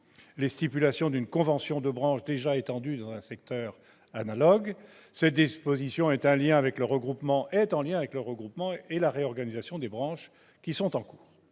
les stipulations d'une convention de branche déjà étendue dans un secteur analogue. Cette disposition est en rapport avec le regroupement et la réorganisation des branches qui sont en cours.